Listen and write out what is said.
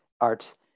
art